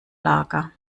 lager